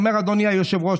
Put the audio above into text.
אדוני היושב-ראש,